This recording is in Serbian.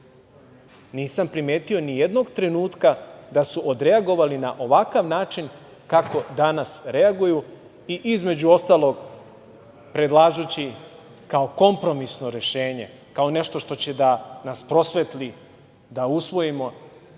Nisam primetio ni jednog trenutka da su odreagovali na ovakav način kako danas reaguju i između ostalog predlažući kao kompromisno rešenje, kao nešto što će da nas prosvetli, da usvojimo